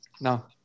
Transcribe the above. No